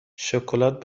شکلات